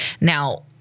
Now